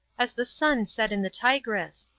as the sun set in the tigris.